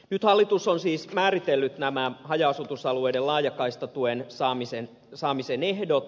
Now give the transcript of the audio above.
nyt hallitus on siis määritellyt haja asutusalueiden laajakaistatuen saamisen ehdot